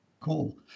Cool